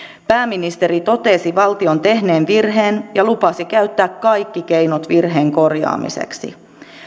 pääministeri totesi valtion tehneen virheen ja lupasi käyttää kaikki keinot virheen korjaamiseksi